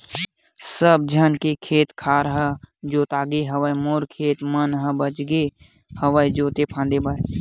सब झन के खेत खार ह जोतागे हवय मोरे खेत मन ह बचगे हवय जोते फांदे बर